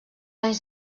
anys